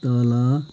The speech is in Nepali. तल